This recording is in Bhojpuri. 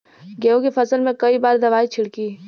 गेहूँ के फसल मे कई बार दवाई छिड़की?